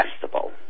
Festival